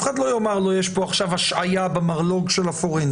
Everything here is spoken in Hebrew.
אחד לא יאמר לו שיש השהיה במרלו"ג של הפורנזי.